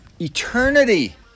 eternity